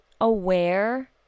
aware